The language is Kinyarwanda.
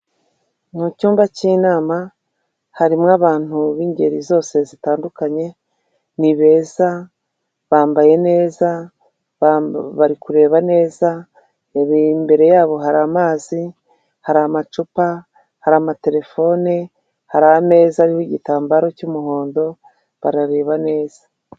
Mu cyumba k'inama harimo abantu b'ingeri zose zitandukanye, ni beza bambaye neza bari kureba neza, imbere yabo hari amazi hari amacupa, hari amaterefone hari ameza ariho igitambaro cy'umuhondo barareba neza.